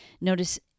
Notice